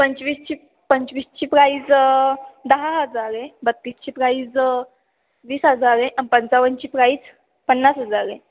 पंचवीसची पंचवीसची प्राईज दहा हजार आहे बत्तीसची प्राईज वीस हजार आहे पंचावन्नची प्राईज पन्नास हजार आहे